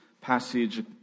passage